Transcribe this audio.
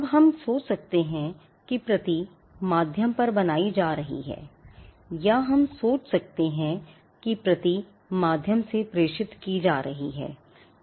अब हम सोच सकते हैं कि प्रति माध्यम पर बनाई जा रही है या हम सोच सकते हैं कि प्रति माध्यम से प्रेषित की जा रही है